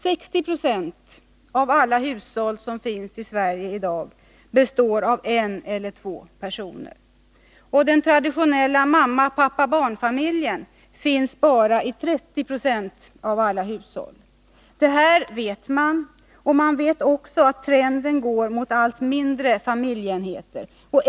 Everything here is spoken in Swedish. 60 70 av alla hushåll som finns i Sverige i dag består av en eller två personer. Den traditionella mamma-pappa-barn-familjen finns bara i 30 20 av alla hushåll. Detta vet man, och man vet också att trenden går mot allt mindre familjeenheter.